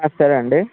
సరే అండి